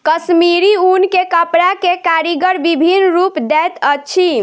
कश्मीरी ऊन के कपड़ा के कारीगर विभिन्न रूप दैत अछि